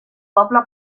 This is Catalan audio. poble